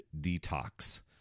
detox